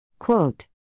Quote